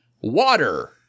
Water